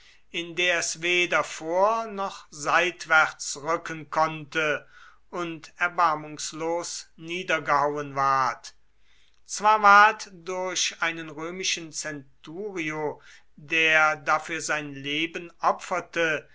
in der es weder vor noch seitwärts rücken konnte und erbarmungslos niedergehauen ward zwar ward durch einen römischen centurio der dafür sein leben opferte